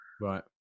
Right